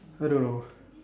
I don't know